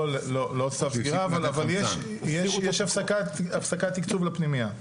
לא, לא צו סגירה, אבל יש הפסקת תקצוב לפנימייה.